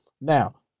Now